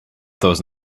those